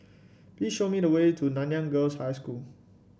please show me the way to Nanyang Girls' High School